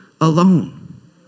alone